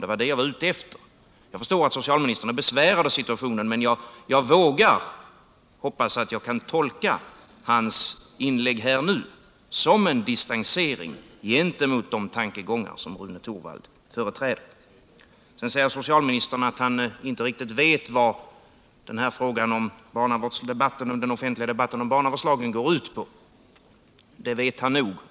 — Det var detta jag ville säga. Jag förstår att socialministern känner sig besvärad av situationen, men jag vågar hoppas att jag kan tolka hans inlägg nu som en — Nr 160 distansering från de tankegångar som Rune Torwald företräder. Torsdagen den Sedan sade socialministern att han inte riktigt vet vad den offentliga —| juni 1978 debatten i frågan om barnavårdslagen går ut på. Det vet han nog!